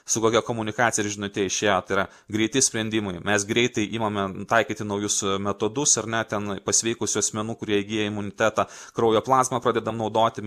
su kokia komunikacija ir žinute išėjo tai yra greiti sprendimai mes greitai imame taikyti naujus metodus ar ne ten pasveikusių asmenų kurie įgyja imunitetą kraujo plazmą pradedam naudoti